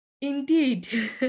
Indeed